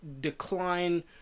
decline